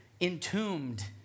entombed